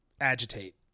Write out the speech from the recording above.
agitate